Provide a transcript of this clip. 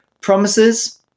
promises